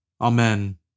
Amen